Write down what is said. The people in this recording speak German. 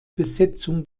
besetzung